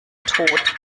tod